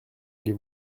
les